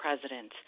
president